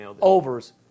overs